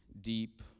deep